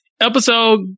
episode